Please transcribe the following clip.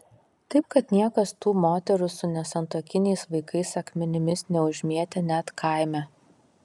taip kad niekas tų moterų su nesantuokiniais vaikais akmenimis neužmėtė net kaime